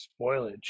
Spoilage